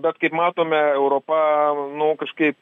bet kaip matome europa nu kažkaip